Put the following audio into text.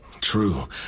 True